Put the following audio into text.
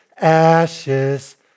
ashes